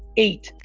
eight,